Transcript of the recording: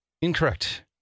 incorrect